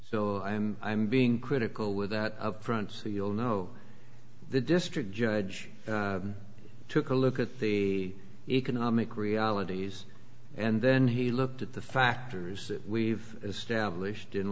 so i'm being critical with that front so you'll know the district judge took a look at the economic realities and then he looked at the factors that we've established in